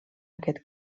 aquest